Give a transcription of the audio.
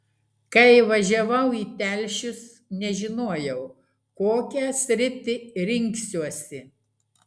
kai važiavau į telšius nežinojau kokią sritį rinksiuosi